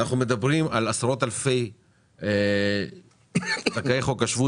אנחנו מדברים על עשרות אלפי זכאי חוק השבות